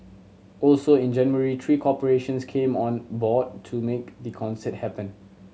also in January three corporations came on board to make the concert happen